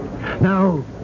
Now